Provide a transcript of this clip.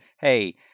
hey